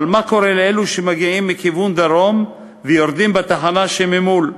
אבל מה קורה לאלו שמגיעים מכיוון דרום ויורדים בתחנה שממול,